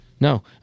No